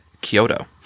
Kyoto